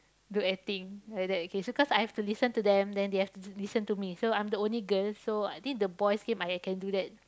do acting like that K so cause I have to listen to them then they have to listen to me so I'm the only girl so I think the boys I can do that